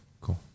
cool